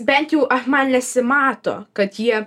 bent jau man nesimato kad jie